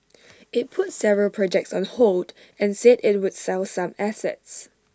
IT put several projects on hold and said IT would sell some assets